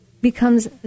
becomes